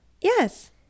Yes